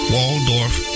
Waldorf